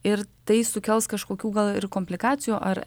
ir tai sukels kažkokių gal ir komplikacijų ar